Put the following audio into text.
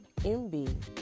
MB